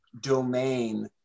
domain